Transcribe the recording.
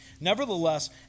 Nevertheless